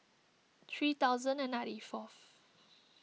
three thousand and ninety fourth